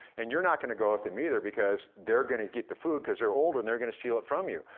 and you're not gonna go with them either because they're gonna get the eat food cause they're older and they're gonna steal it from you.